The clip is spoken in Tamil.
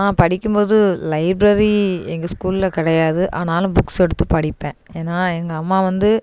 நான் படிக்கும் போது லைப்ரரி எங்கள் ஸ்கூல்ல கிடையாது ஆனாலும் புக்ஸ் எடுத்து படிப்பேன் ஏன்னா எங்கள் அம்மா வந்து